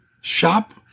Shop